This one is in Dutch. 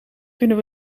kunnen